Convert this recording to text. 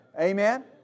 Amen